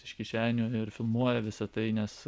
iš kišenių ir filmuoja visa tai nes